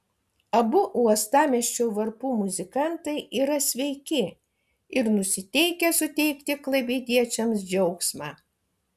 abu uostamiesčio varpų muzikantai yra sveiki ir nusiteikę suteikti klaipėdiečiams džiaugsmą